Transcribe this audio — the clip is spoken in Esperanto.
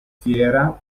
fiera